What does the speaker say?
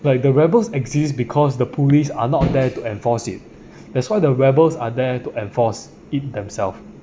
but the rebels exist because the police are not there to enforce it that's why the rebels are there to enforce it themselves